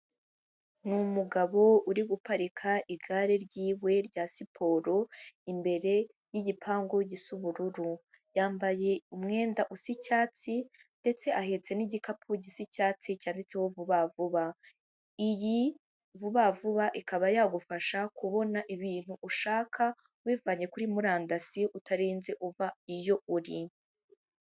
Ni umugabo uri guparika igare ryiwe rya siporo, imbere y'ipangu gisa ubururu yambaye umwenda usa icyatsi ndetse ahetse n'igikapu gisa icyatsi cyanditseho vuba vuba, iyi vuba vuba ikaba yagufasha kubona ibintu ushaka ubivanye kuri murandasi utarinze uva iyo uri.